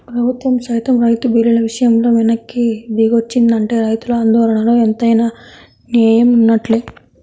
ప్రభుత్వం సైతం రైతు బిల్లుల విషయంలో వెనక్కి దిగొచ్చిందంటే రైతుల ఆందోళనలో ఎంతైనా నేయం వున్నట్లే